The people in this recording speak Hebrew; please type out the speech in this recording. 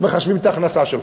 מחשבים את ההכנסה שלך.